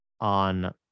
on